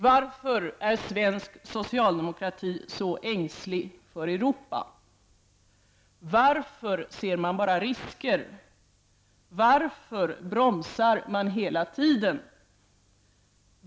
Varför är svensk socialdemokrati så ängslig för Europa? Varför ser man bara risker? Varför bromsar man hela tiden?